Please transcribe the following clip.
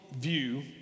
view